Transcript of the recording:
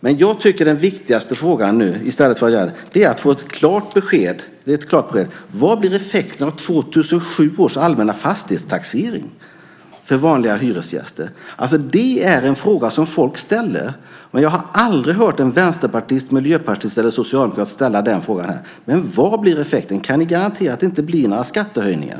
Men det viktigaste nu, i stället för att göra det, tycker jag är att få ett klart besked om vad effekten blir av 2007 års allmänna fastighetstaxering för vanliga hyresgäster. Det är en fråga som folk ställer, men jag har aldrig hört en vänsterpartist, miljöpartist eller socialdemokrat ställa den frågan här. Vad blir alltså effekten? Kan ni garantera att det inte blir några skattehöjningar?